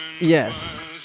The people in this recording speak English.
Yes